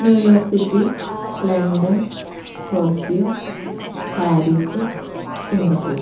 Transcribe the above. New York city London Tokyo Paris Singapore